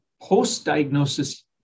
post-diagnosis